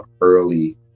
early